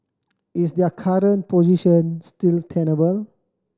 is their current position still tenable